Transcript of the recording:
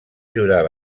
jurar